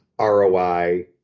ROI